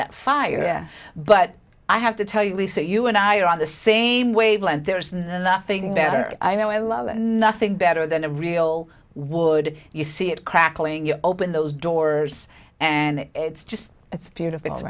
that fire but i have to tell you lisa you and i are on the same wavelength there is nothing better i know i love nothing better than a real wood you see it crackling you open those doors and it's just it's beautiful